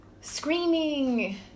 screaming